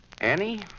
Annie